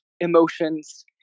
emotions